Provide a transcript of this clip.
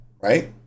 right